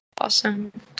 Awesome